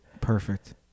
perfect